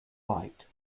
light